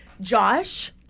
josh